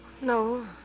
No